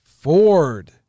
Ford